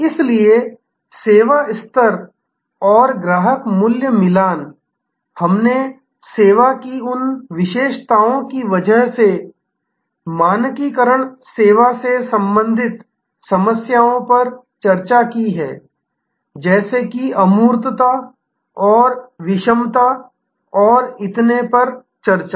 इसलिए सेवा स्तर और ग्राहक मूल्य मिलान हमने सेवा की उन विशेषताओं की वजह से मानकीकरण सेवा से संबंधित समस्याओं पर चर्चा की है जैसे कि अमूर्तता और विषमता और इतने पर चर्चा